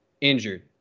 Injured